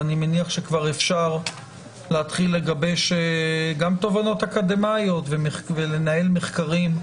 ואני מניח שכבר אפשר להתחיל לגבש גם תובנות אקדמיות ולנהל מחקרים,